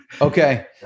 Okay